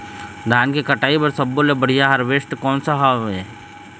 धान के कटाई बर सब्बो ले बढ़िया हारवेस्ट कोन सा हवए?